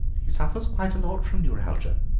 he suffers quite a lot from neuralgia,